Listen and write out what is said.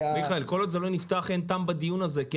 כל עוד זה לא נפתח אין טעם בדיון הזה.